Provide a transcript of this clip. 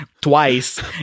twice